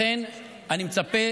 לכן אני מצפה